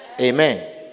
Amen